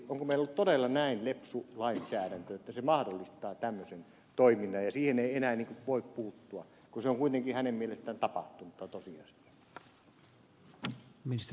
onko meillä todella näin lepsu lainsäädäntö että se mahdollistaa tämmöisen toiminnan eikä siihen voi enää puuttua kun se on kuitenkin hänen mielestään tapahtunut ja tosiasia